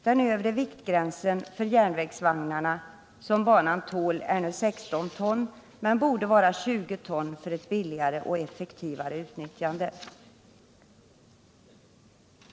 Den övre viktgränsen för järnvägsvagnar som banan tål är nu 16 ton men borde vara 20 ton för ett billigare och effektivare utnyttjande.